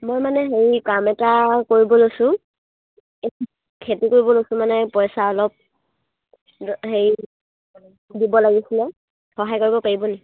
মই মানে হেৰি কাম এটা কৰিব লৈছোঁ খেতি কৰিব লৈছোঁ মানে পইচা অলপ হেৰি দিব লাগিছিলে সহায় কৰিব পাৰিব নি